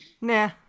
Nah